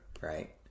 right